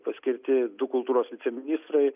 paskirti du kultūros viceministrai